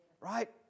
Right